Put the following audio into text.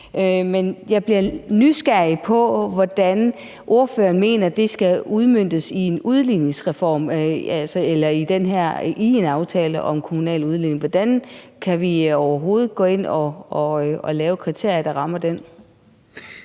jeg bliver nysgerrig på, hvordan ordføreren mener det skal udmøntes i en aftale om kommunal udligning. Hvordan kan vi overhovedet gå ind at lave kriterier, der rammer den?